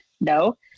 no